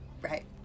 right